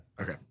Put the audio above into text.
Okay